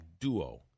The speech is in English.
duo